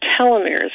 telomeres